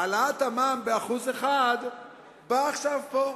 העלאת המע"מ ב-1% באה עכשיו פה.